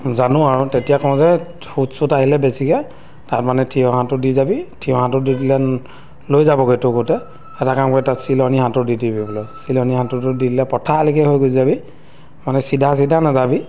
জানো আৰু তেতিয়া কওঁ যে সোঁত চোত আহিলে বেছিকৈ তাত মানে থিয় সাঁতোৰ দি যাবি থিয় সাঁতোৰ দি দিলে লৈ যাবগৈ তোক উটাই এটা কাম কৰিবি তাত চিলনী সাঁতোৰ দি দিবি বোলে চিলনী সাঁতোৰটো দি দিলে পথালিকৈ হৈ গুচি যাবি মানে চিধা চিধা নাযাবি